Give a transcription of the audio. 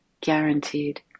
guaranteed